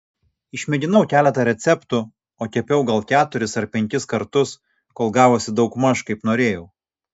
išmėginau keletą receptų o kepiau gal keturis ar penkis kartus kol gavosi daugmaž kaip norėjau